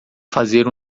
fazer